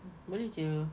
mm boleh jer